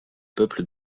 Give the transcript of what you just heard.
peuples